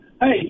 Hey